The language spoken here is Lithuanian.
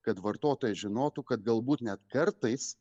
kad vartotojai žinotų kad galbūt net kartais